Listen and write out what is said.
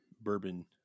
bourbon